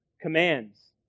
commands